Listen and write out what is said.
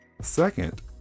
Second